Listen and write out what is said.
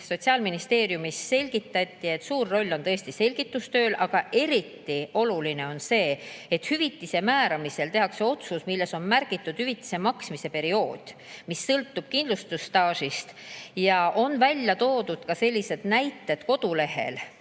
Sotsiaalministeeriumist selgitati, et suur roll on tõesti selgitustööl, aga eriti oluline on see, et hüvitise määramisel tehakse otsus, milles on märgitud hüvitise maksmise periood, mis sõltub kindlustusstaažist. On välja toodud ka näited töötukassa kodulehel,